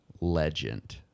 legend